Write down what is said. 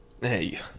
Hey